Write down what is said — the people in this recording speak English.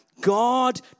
God